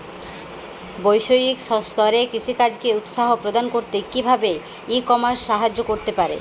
বৈষয়িক স্তরে কৃষিকাজকে উৎসাহ প্রদান করতে কিভাবে ই কমার্স সাহায্য করতে পারে?